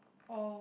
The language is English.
oh